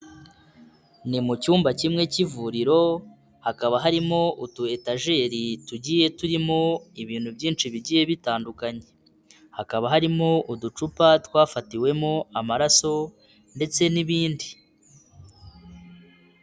Ni mu cyumba kimwe cy'ivuriro hakaba harimo utuyetageri tugiye turimo ibintu byinshi bigiye bitandukanye, hakaba harimo uducupa twafatiwemo amaraso ndetse n'ibindi.